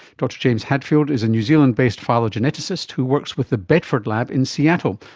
dr james hadfield is a new zealand based phylogeneticist who works with the bedford lab in seattle.